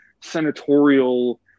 senatorial